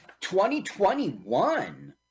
2021